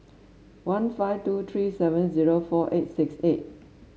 one five two three seven zero four eight six eight